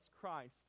Christ